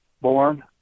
born